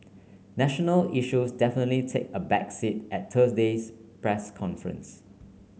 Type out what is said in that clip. national issues definitely take a back seat at Thursday's press conference